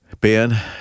Ben